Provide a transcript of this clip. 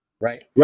right